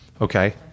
okay